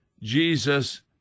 Jesus